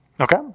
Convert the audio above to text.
Okay